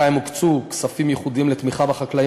2. הוקצו כספים ייחודיים לתמיכה בחקלאים